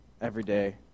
everyday